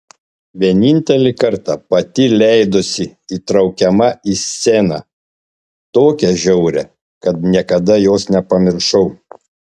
vienintelį kartą pati leidosi įtraukiama į sceną tokią žiaurią kad niekada jos nepamiršau